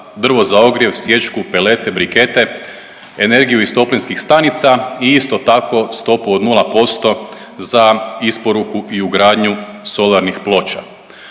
drvo za ogrjev, sječku, pelete, brikete, energiju iz toplinskih stanica i isto tako stopu od 0% za isporuku i ugradnju solarnih ploča.